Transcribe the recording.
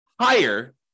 higher